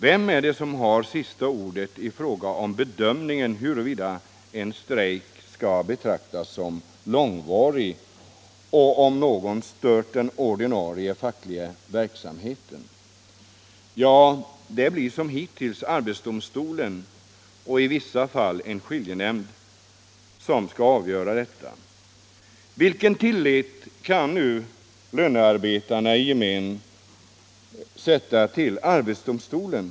Vem är det som har sista ordet vid bedömningen av huruvida en strejk skall betraktas som långvarig eller inte, och om någon har stört den ordinarie fackliga verksamheten? Ja, det blir som hittills arbetsdomstolen eller i vissa fall en skiljenämnd som skall avgöra den saken. Och vilken tillit kan lönarbetarna i gemen ha till att få rätt i arbetsdomstolen?